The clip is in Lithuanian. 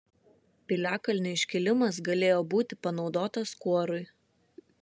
piliakalnio iškilimas galėjo būti panaudotas kuorui